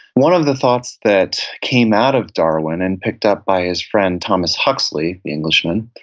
one of the thoughts that came out of darwin, and picked up by his friend thomas huxley, the englishman,